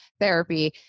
therapy